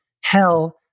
Hell